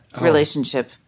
relationship